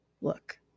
look